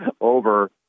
over